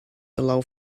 allow